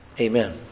Amen